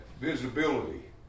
visibility